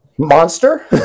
Monster